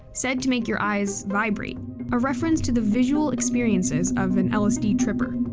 said to make your eyes vibrate a reference to the visual experiences of an lsd tripper.